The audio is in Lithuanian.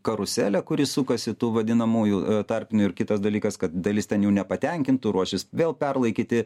karuselę kuri sukasi tų vadinamųjų tarpinių ir kitas dalykas kad dalis ten jų nepatenkintų ruošis vėl perlaikyti